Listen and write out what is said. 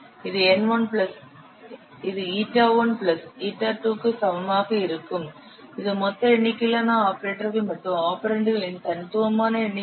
இது η1 பிளஸ் η2 க்கு சமமாக இருக்கும் இது மொத்த எண்ணிக்கையிலான ஆபரேட்டர்கள் மற்றும் ஆபரெண்டுகளின் தனித்துவமான எண்ணிக்கை